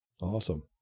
Awesome